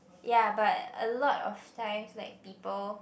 ya but a lot of times like people